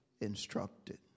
instructed